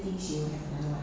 ya